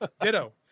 Ditto